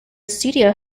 studio